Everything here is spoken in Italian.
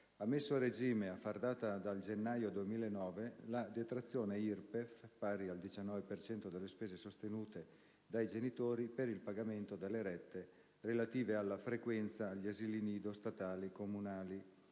ha messo a regime - a far data dal gennaio 2009 - la detrazione IRPEF, pari al 19 per cento, delle spese sostenute dai genitori per il pagamento delle rette relative alla frequenza agli asili nido statali, comunali